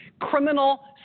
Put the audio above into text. criminal